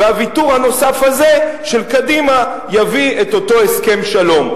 והוויתור הנוסף הזה של קדימה יביא את אותו הסכם שלום.